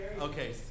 Okay